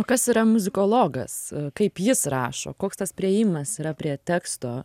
o kas yra muzikologas kaip jis rašo koks tas priėjimas yra prie teksto